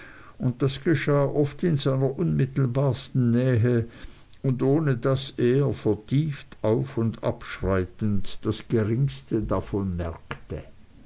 und das geschah oft in seiner unmittelbarsten nähe und ohne daß er vertieft auf und abschreitend das geringste davon merkte